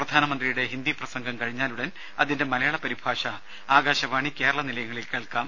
പ്രധാനമന്ത്രിയുടെ ഹിന്ദി പ്രസംഗം കഴിഞ്ഞാലുടൻ അതിന്റെ മലയാള പരിഭാഷ ആകാശവാണി കേരള നിലയങ്ങളിൽ കേൾക്കാം